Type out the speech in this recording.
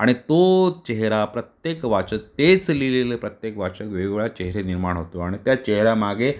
आणि तो चेहरा प्रत्येक वाचत तेच लिहिलेलं प्रत्येक वाचक वेगवेगळ्या चेहरे निर्माण होतो आणि त्या चेहऱ्यामागे